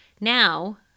Now